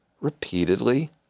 repeatedly